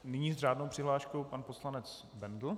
Nyní s řádnou přihláškou pan poslanec Bendl.